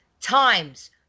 times